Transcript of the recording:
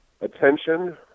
attention